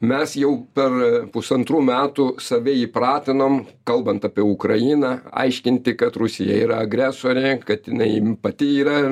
mes jau per pusantrų metų save įpratinom kalbant apie ukrainą aiškinti kad rusija yra agresorė kad jinai pati yra